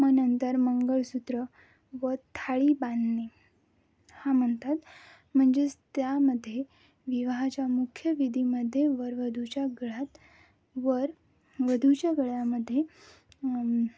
मग नंतर मंगळसूत्र व थाळी बांधणे हा म्हणतात म्हणजेच त्यामध्ये विवाहाच्या मुख्य विधीमध्ये व वधूच्या गळ्यात व वधूच्या गळ्यामध्ये